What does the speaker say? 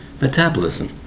metabolism